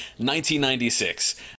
1996